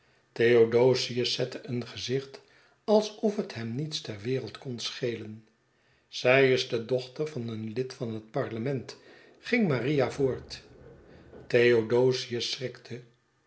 theodosius zette een gezicht alsof het hem niets ter wereld kon schelen zij is de dochter van een lid van het parlement ging maria voort theodosius schrikte